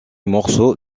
morceau